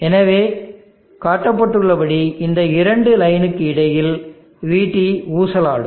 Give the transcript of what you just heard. எனவே காட்டப்பட்டுள்ளபடி இந்த இரண்டு லைனுக்கு இடையில் vT ஊசலாடும்